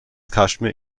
kaschmir